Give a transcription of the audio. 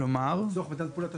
כלומר --- לצורך מתן פעולת תשלום.